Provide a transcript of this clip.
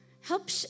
Help